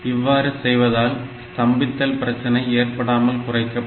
இவ்வாறு செய்வதால் ஸ்தம்பித்தல் பிரச்சனை ஏற்படாமல் குறைக்கப்படும்